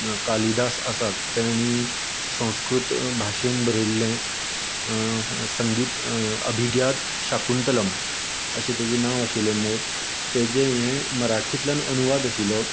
कालिदास आसात तेणी संस्कृत भाशेंत बरयल्लें संगीत अभिग्यान शाकुंतलम अशें तेजें नांव आशिल्लें मूळ तेजें हें मराठींतल्यान अनुवाद आशिल्लो